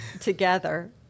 together